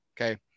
okay